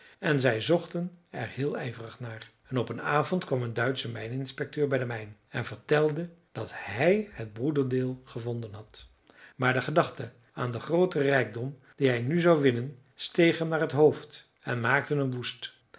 en zij zochten er heel ijverig naar en op een avond kwam een duitsche mijninspecteur bij de mijn en vertelde dat hij het broederdeel gevonden had maar de gedachte aan den grooten rijkdom dien hij nu zou winnen steeg hem naar het hoofd en maakte hem woest